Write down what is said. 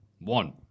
One